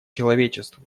человечеству